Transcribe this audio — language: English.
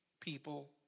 people